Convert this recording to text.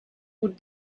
would